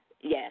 Yes